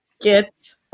Get